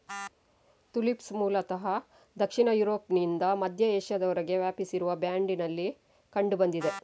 tulips ಮೂಲತಃ ದಕ್ಷಿಣ ಯುರೋಪ್ನಿಂದ ಮಧ್ಯ ಏಷ್ಯಾದವರೆಗೆ ವ್ಯಾಪಿಸಿರುವ ಬ್ಯಾಂಡಿನಲ್ಲಿ ಕಂಡು ಬಂದಿದೆ